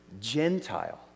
Gentile